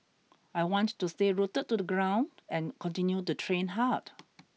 I want to stay rooted to the ground and continue to train hard